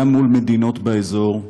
גם מול מדינות באזור,